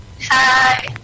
Hi